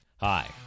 Hi